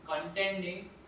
contending